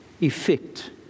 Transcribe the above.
effect